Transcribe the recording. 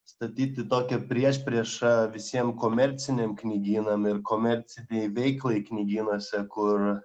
statyti tokią priešpriešą visiem komerciniam knygynam ir komercinei veiklai knygynuose kur